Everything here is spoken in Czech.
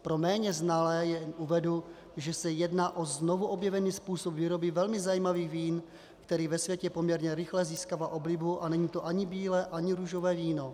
Pro méně znalé jen uvedu, že se jedná o znovuobjevený způsob výroby velmi zajímavých vín, který ve světě poměrně rychle získává oblibu, a není to ani bílé ani růžové víno.